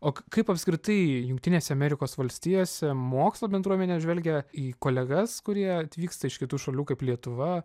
o kaip apskritai jungtinėse amerikos valstijose mokslo bendruomenė žvelgia į kolegas kurie atvyksta iš kitų šalių kaip lietuva